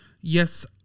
Yes